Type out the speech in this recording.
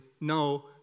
no